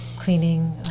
cleaning